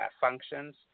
functions